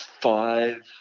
five